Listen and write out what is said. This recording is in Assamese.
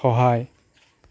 সহায়